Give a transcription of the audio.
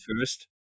first